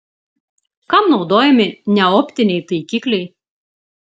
kam naudojami neoptiniai taikikliai